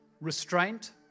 Restraint